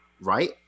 right